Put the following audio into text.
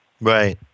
Right